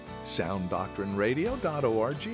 sounddoctrineradio.org